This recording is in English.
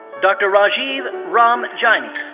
dr. rajiv ram jaini.